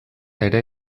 ere